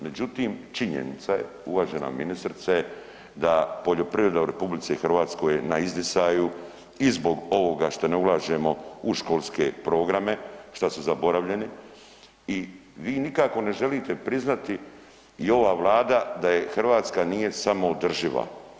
Međutim, činjenica je uvažena ministrice da poljoprivreda u RH je na izdisaju i zbog ovoga što ne ulažemo u školske programe, šta su zaboravljeni i vi nikako ne želite priznati i ova vlada da Hrvatska nije samoodrživa.